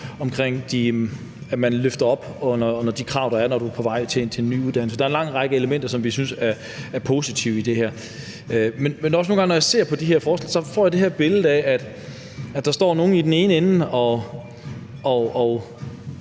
omkring, at man løfter op under de krav, der er, når du er på vej til en ny uddannelse. Der er en lang række elementer, som vi synes er positive i det her. Men når jeg nogle gange ser på de her forslag, får jeg det her billede af, at der står nogle i den ene ende og